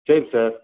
சரி சார்